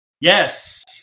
yes